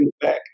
back